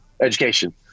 education